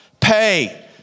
pay